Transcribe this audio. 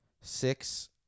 six